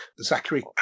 Zachary